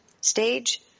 stage